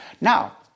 Now